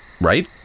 right